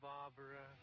Barbara